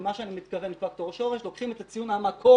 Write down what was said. ומה שאני מתכוון בפקטור שורש: לוקחים את ציון המקור.